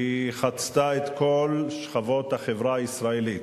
חצתה את כל שכבות החברה הישראלית,